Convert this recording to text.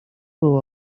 był